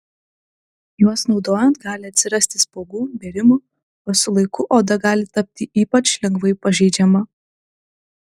juos naudojant gali atsirasti spuogų bėrimų o su laiku oda gali tapti ypač lengvai pažeidžiama